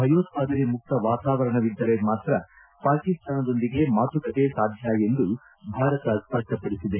ಭಯೋತ್ಪಾದನೆ ಮುಕ್ತ ವಾತಾವರಣವಿದ್ದರೆ ಮಾತ್ರ ಪಾಕಿಸ್ತಾನದೊಂದಿಗೆ ಮಾತುಕತೆ ಸಾಧ್ಯ ಎಂದು ಭಾರತ ಸ್ಪಷ್ಟಪಡಿಸಿದೆ